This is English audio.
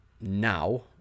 now